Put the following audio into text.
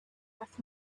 with